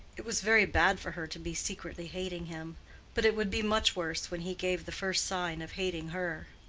it was very bad for her to be secretly hating him but it would be much worse when he gave the first sign of hating her.